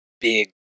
big